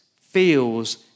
feels